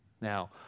Now